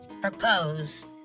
propose